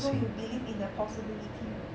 so you believe in the possibility